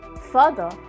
Further